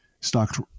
Stocks